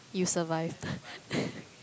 you survived